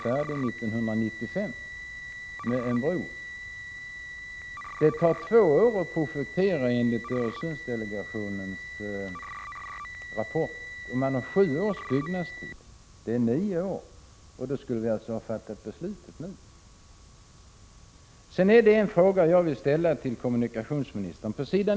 1986/87:49 det tar två år att projektera bron, enligt Öresundsdelegationens rapport, och 15 december 1986 byggnadstiden är sju år. Det innebär nio år, och då skulle vi alltså ha fattat. = Jord ooo beslutet nu. Det är en fråga som jag vill ställa till kommunikationsministern. På s.